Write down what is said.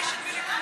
דוגמה אישית,